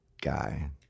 guy